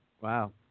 wow